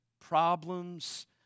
problems